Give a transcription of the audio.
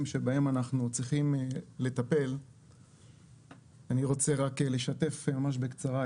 שבהם אנחנו צריכים לטפל אני רוצה רק לשתף ממש בקצרה.